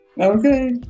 okay